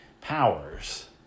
powers